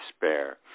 despair